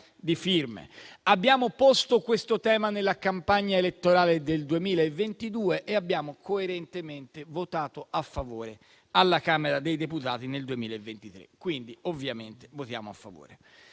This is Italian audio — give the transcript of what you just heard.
di firme, abbiamo posto questo tema nella campagna elettorale del 2022 e abbiamo coerentemente votato a favore alla Camera dei deputati nel 2023, quindi ovviamente votiamo a favore.